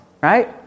Right